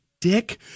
dick